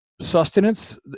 sustenance